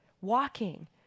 walking